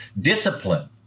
discipline